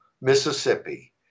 Mississippi